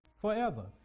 forever